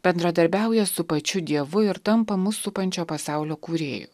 bendradarbiauja su pačiu dievu ir tampa mus supančio pasaulio kūrėju